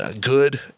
good